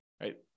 right